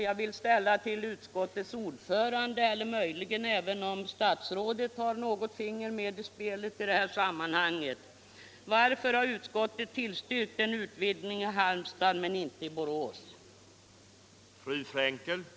Jag vill därför fråga utskottets ordförande eller statsrådet, om hon möjligen har någonting med i spelet: Varför har utskottet tillstyrkt en utvidgning av förskoleseminariet i Halmstad men inte i Borås?